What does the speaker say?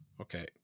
okay